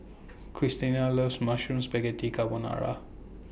Cristina loves Mushroom Spaghetti Carbonara